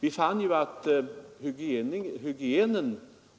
Vi fann emellertid